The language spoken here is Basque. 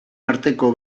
arteko